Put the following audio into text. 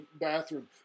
bathroom